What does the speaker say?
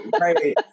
Right